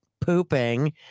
pooping